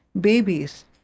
babies